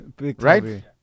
right